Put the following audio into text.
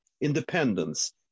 independence